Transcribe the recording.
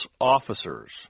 officers